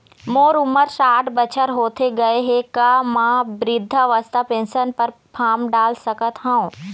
मोर उमर साठ बछर होथे गए हे का म वृद्धावस्था पेंशन पर फार्म डाल सकत हंव?